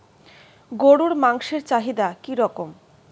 গরুর মাংসের চাহিদা কি রকম?